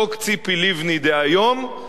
חוק ציפי לבני דהיום,